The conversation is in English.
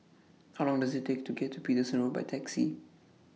How Long Does IT Take to get to Paterson Road By Taxi